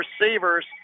receivers